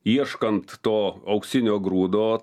ieškant to auksinio grūdo